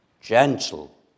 Gentle